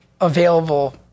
available